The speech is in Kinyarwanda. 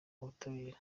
ubutabera